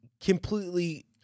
completely